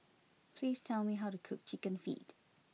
please tell me how to cook Chicken Feet